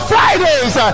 Fridays